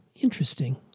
interesting